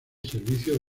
servicio